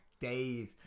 days